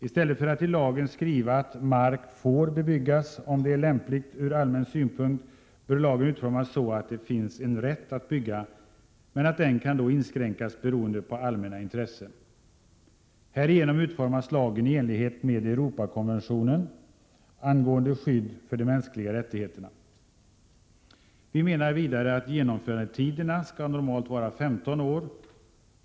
I stället för att i lagen skriva att mark får bebyggas om det är lämpligt ur allmän synvinkel bör lagen utformas så, att det finns en rätt att bygga men att den kan inskränkas beroende på allmänna intressen. Härigenom utformas lagen i enlighet med Europakonventionen angående skydd för de mänskliga rättigheterna. Vi menar vidare att genomförandetiderna normalt skall vara 15 år.